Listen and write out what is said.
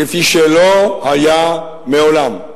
כפי שלא היה מעולם.